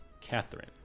Catherine